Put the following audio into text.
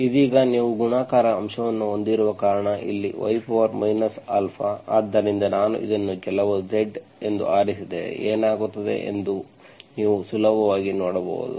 ಇದೀಗ ನೀವು ಗುಣಾಕಾರ ಅಂಶವನ್ನು ಹೊಂದಿರುವ ಕಾರಣ ಇಲ್ಲಿ y α ಆದ್ದರಿಂದ ನಾನು ಇದನ್ನು ಕೆಲವು z ಎಂದು ಆರಿಸಿದರೆ ಏನಾಗುತ್ತದೆ ಎಂಬುದನ್ನು ನೀವು ಸುಲಭವಾಗಿ ನೋಡಬಹುದು